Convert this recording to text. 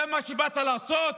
זה מה שבאת לעשות?